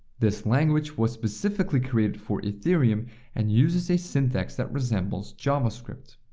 this language was specifically created for ethereum and uses a syntax that resembles javascript.